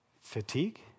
Fatigue